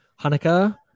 Hanukkah